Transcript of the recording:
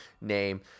name